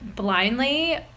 blindly